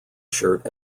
shirt